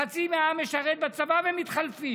חצי מהעם משרת בצבא ומתחלפים.